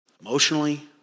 emotionally